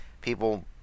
people